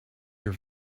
your